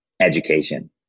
education